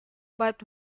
but